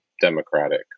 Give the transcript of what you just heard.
democratic